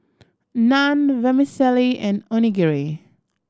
Naan Vermicelli and Onigiri